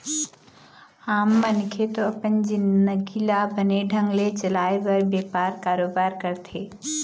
आम मनखे तो अपन जिंनगी ल बने ढंग ले चलाय बर बेपार, कारोबार करथे